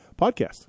podcast